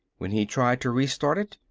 when he tried to re-start it,